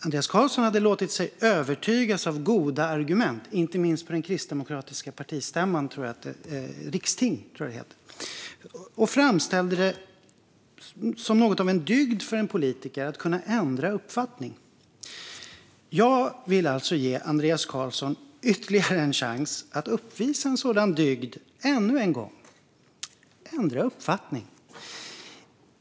Andreas Carlson hade låtit sig övertygas av goda argument, inte minst på det kristdemokratiska rikstinget, och framställde det som något av en dygd för en politiker att kunna ändra uppfattning. Jag vill ge Andreas Carlson en chans att uppvisa denna dygd ännu en gång och ändra uppfattning.